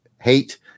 hate